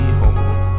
home